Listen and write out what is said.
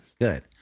Good